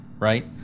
right